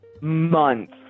months